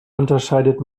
unterscheidet